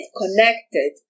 connected